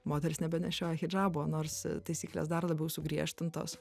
moterys nebenešioja hidžabo nors taisyklės dar labiau sugriežtintos